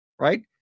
right